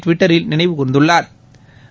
டுவிட்டரில் நினைவு கூர்ந்துள்ளா்